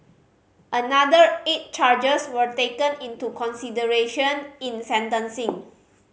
another eight charges were taken into consideration in sentencing